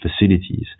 facilities